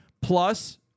Plus